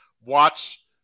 watch